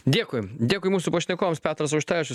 dėkui dėkui mūsų pašnekovams petras auštrevičius